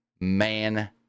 man